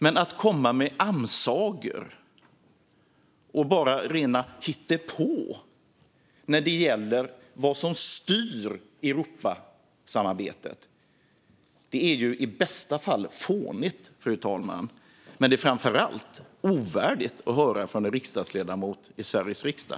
Men att komma med amsagor och rent hittepå när det gäller vad som styr Europasamarbetet är i bästa fall fånigt, fru talman, men det är framför allt ovärdigt när det kommer från en ledamot i Sveriges riksdag.